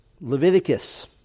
Leviticus